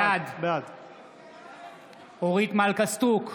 בעד אורית מלכה סטרוק,